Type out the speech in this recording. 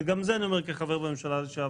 וגם זה אני אומר כחבר בממשלה לשעבר,